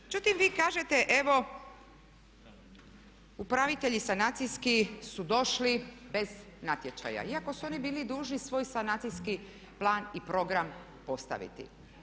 Međutim, vi kažete evo upravitelji sanacijski su došli bez natječaja, iako su oni bili dužni svoj sanacijski plan i program postaviti.